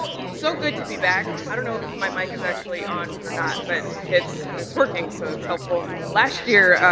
it's so good to be back. i don't know if my mic is actually on or not but it's it's working, so it's helpful. last year,